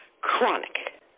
chronic